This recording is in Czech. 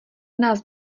nás